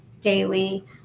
daily